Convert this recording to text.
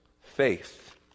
Faith